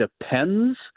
depends